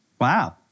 Wow